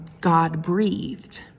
God-breathed